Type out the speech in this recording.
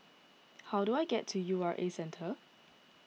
how do I get to U R A Centre